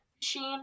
machine